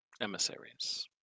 emissaries